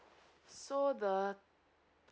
so the